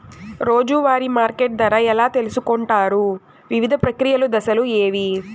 రోజూ వారి మార్కెట్ ధర ఎలా తెలుసుకొంటారు వివిధ ప్రక్రియలు దశలు ఏవి?